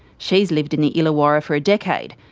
she's lived in the illawarra for a decade,